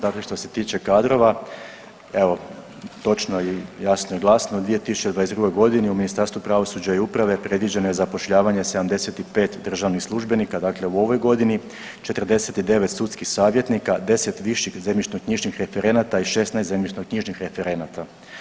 Dakle, što se tiče kadrova, evo točno i jasno i glasno u 2022.g. u Ministarstvu pravosuđa i uprave predviđeno je zapošljavanje 75 državnih službenika dakle u ovoj godini, 49 sudskih savjetnika, 10 viših zemljišno-knjižnih referenata i 16 zemljišno-knjižnih referenata.